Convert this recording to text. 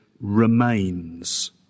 remains